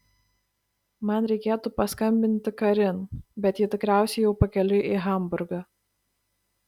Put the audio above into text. man reikėtų paskambinti karin bet ji tikriausiai jau pakeliui į hamburgą